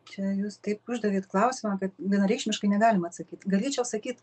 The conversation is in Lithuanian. čia jūs taip uždavėt klausimą kad vienareikšmiškai negalima atsakyt galėčiau sakyt